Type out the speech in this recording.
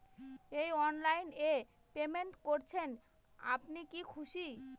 এই অনলাইন এ পেমেন্ট করছেন আপনি কি খুশি?